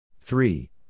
Three